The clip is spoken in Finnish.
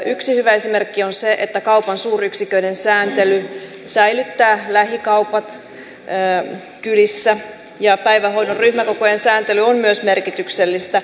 yksi hyvä esimerkki on se että kaupan suuryksiköiden sääntely säilyttää lähikaupat kylissä ja myös päivähoidon ryhmäkokojen sääntely on merkityksellistä